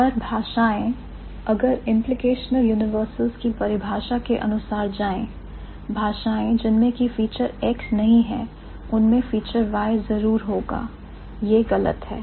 पर भाषाएं अगर implicational universals की परिभाषा के अनुसार जाएं भाषाएं जिनमें की फीचर X नहीं है उनमें फीचर Y जरूर होगा यह गलत है